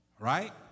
Right